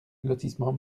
lotissement